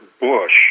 bush